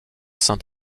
saint